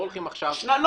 לא הולכים עכשיו --- לא,